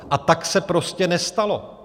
A tak se prostě nestalo.